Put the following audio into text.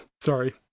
Sorry